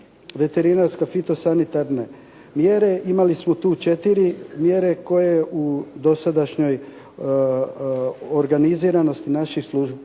veterinarske fitosanitarne mjere. Imali smo tu četiri mjere koje u dosadašnjoj organiziranosti naših službi